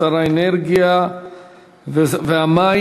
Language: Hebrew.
שר האנרגיה והמים,